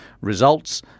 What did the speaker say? results